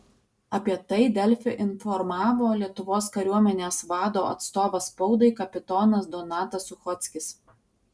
apie tai delfi informavo lietuvos kariuomenės vado atstovas spaudai kapitonas donatas suchockis